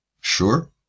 Sure